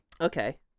okay